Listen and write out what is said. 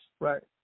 Right